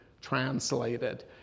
translated